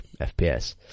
fps